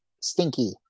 Stinky